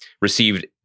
received